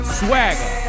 swagger